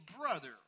brother